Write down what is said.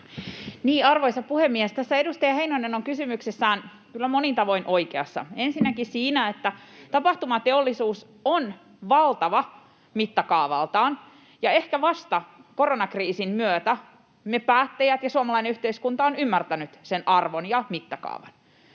Arvoisa puhemies! Tässä edustaja Heinonen on kysymyksessään kyllä monin tavoin oikeassa, ensinnäkin siinä, että tapahtumateollisuus on valtava mittakaavaltaan ja ehkä vasta koronakriisin myötä me päättäjät ja suomalainen yhteiskunta olemme ymmärtäneet sen arvon ja mittakaavan.